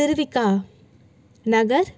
Thiruvika Nagar